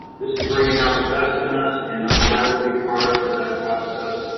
this is bringing out the best in us, and i'm glad to be part of that process.